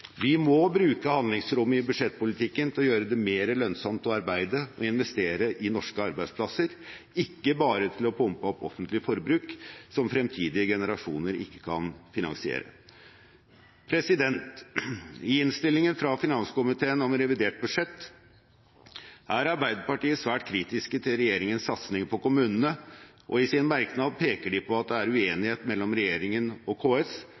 Vi må bruke handlingsrommet i budsjettpolitikken til å gjøre det mer lønnsomt å arbeide og investere i norske arbeidsplasser, ikke bare til å pumpe opp offentlig forbruk som fremtidige generasjoner ikke kan finansiere. I innstillingen fra finanskomiteen om revidert budsjett er Arbeiderpartiet svært kritiske til regjeringens satsing på kommunene, og i sin merknad peker de på at det er uenighet mellom regjeringen og KS